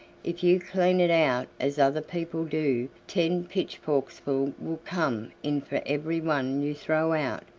if you clean it out as other people do, ten pitchforksful will come in for every one you throw out.